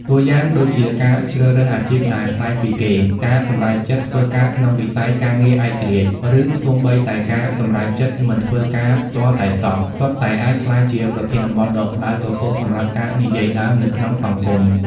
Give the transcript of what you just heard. តួយ៉ាងដូចជា ការជ្រើសរើសអាជីពដែលប្លែកពីគេ ការសម្រេចចិត្តធ្វើការក្នុងវិស័យការងារឯករាជ្យ ឬសូម្បីតែការសម្រេចចិត្តមិនធ្វើការទាល់តែសោះ សុទ្ធតែអាចក្លាយជាប្រធានបទដ៏ក្ដៅគគុកសម្រាប់ការនិយាយដើមនៅក្នុងសង្គម។